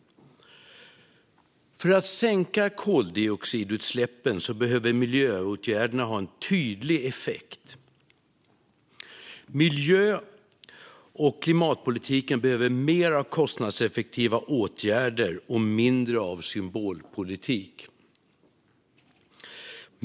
För att sänka koldioxidutsläppen behöver miljöåtgärderna ha en tydlig effekt. Miljö och klimatpolitiken behöver mer av kostnadseffektiva åtgärder och mindre av symbolpolitik.